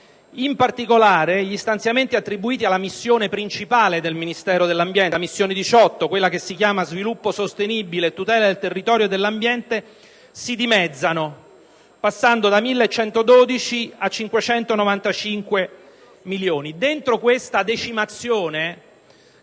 In particolare, gli stanziamenti attribuiti alla missione principale del Ministero dell'ambiente, la missione 18 («Sviluppo sostenibile e tutela del territorio e dell'ambiente») si dimezzano, passando da 1.112 a 595 milioni.